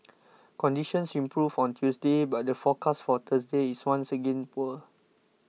conditions improved on Tuesday but the forecast for Thursday is once again poor